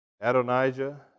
Adonijah